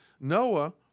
Noah